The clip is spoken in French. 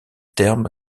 terme